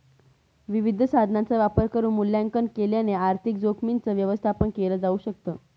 विविध साधनांचा वापर करून मूल्यांकन केल्याने आर्थिक जोखीमींच व्यवस्थापन केल जाऊ शकत